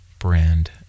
brand